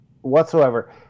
whatsoever